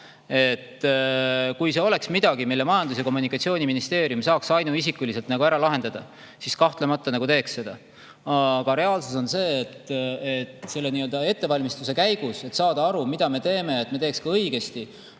Kui see oleks midagi, mille Majandus- ja Kommunikatsiooniministeerium saaks ainuisikuliselt ära lahendada, siis kahtlemata me teeks seda. Aga reaalsus on see, et selle ettevalmistuse käigus, et saada aru, mida me teeme, et me teeks ikka õigesti,